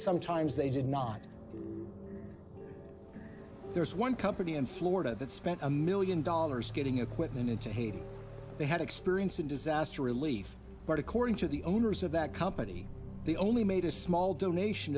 sometimes they did not there's one company in florida that spent a million dollars getting equipment into haiti they had experience in disaster relief but according to the owners of that company they only made a small donation